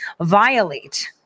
violate